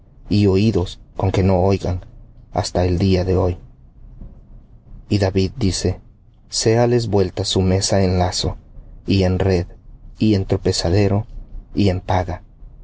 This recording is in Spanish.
y oídos con que no oigan hasta el día de hoy y david dice séales vuelta su mesa en lazo y en red y en tropezadero y en paga